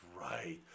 right